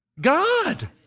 God